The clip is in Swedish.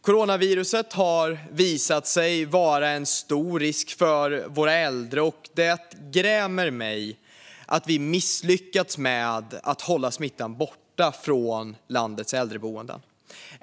Coronaviruset har visat sig vara en stor risk för våra äldre, och det grämer mig att vi misslyckats med att hålla smittan borta från landets äldreboenden.